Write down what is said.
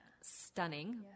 stunning